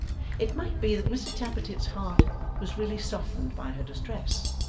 it might be that mr tappertit's heart was really softened by her distress,